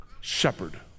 shepherd